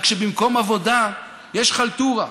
רק שבמקום עבודה יש חלטורה.